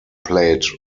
played